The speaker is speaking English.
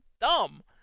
dumb